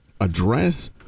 address